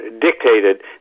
dictated